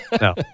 No